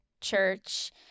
church